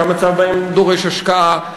שהמצב בהן דורש השקעה.